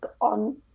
on